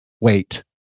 wait